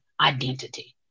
identity